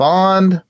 Bond